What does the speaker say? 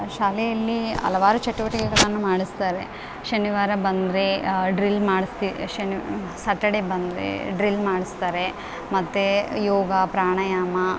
ಶಾಲೆಯಲ್ಲಿ ಹಲವಾರು ಚಟುವಟಿಕೆಗಳನ್ನು ಮಾಡಿಸ್ತಾರೆ ಶನಿವಾರ ಬಂದರೆ ಡ್ರಿಲ್ ಮಾಡಿಸ್ತೆ ಶನಿವ್ ಸಾಟರ್ಡೆ ಬಂದರೆ ಡ್ರಿಲ್ ಮಾಡಿಸ್ತಾರೆ ಮತ್ತು ಯೋಗ ಪ್ರಾಣಾಯಾಮ